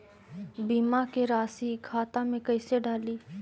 बीमा के रासी खाता में कैसे डाली?